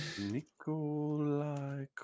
Nikolai